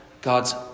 God's